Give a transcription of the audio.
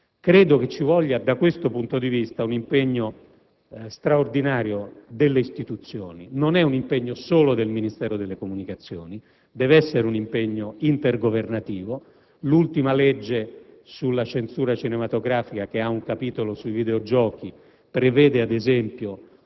Credo che occorra, da questo punto di vista, un impegno straordinario delle istituzioni. Non è un impegno che grava solo sul Ministero delle comunicazioni, ma dev'essere assunto a livello intergovernativo. L'ultima legge sulla censura cinematografica, che contiene un capitolo sui videogiochi, prevede, ad esempio,